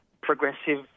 progressive